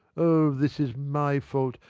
oh, this is my fault.